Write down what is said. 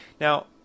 now